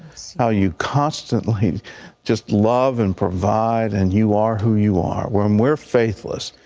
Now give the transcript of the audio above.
how you constantly just love and provide and you are who you are, when we're faithless,